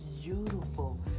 beautiful